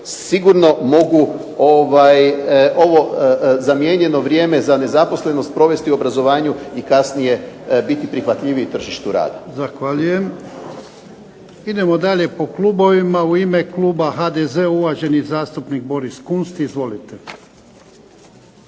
sigurno mogu ovo zamijenjeno vrijeme za nezaposlenost provesti u obrazovanju i kasnije biti prihvatljiviji tržištu rada.